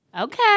Okay